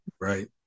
Right